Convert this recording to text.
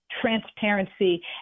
transparency